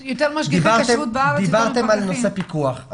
דיברתם על נושא פיקוח.